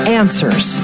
answers